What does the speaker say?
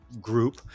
group